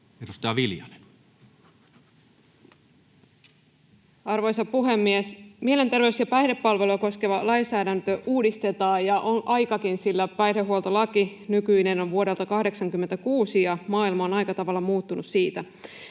Edustaja Viljanen. Arvoisa puhemies! Mielenterveys- ja päihdepalvelua koskeva lainsäädäntö uudistetaan, ja on aikakin, sillä nykyinen päihdehuoltolaki on vuodelta 86 ja maailma on aika tavalla muuttunut siitä.